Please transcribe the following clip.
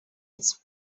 its